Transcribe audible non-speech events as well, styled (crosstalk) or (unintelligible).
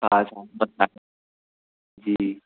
हा (unintelligible) जी